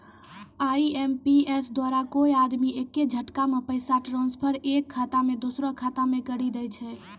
IMPS द्वारा कोय आदमी एक्के झटकामे पैसा ट्रांसफर एक खाता से दुसरो खाता मे करी दै छै